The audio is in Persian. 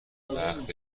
وقت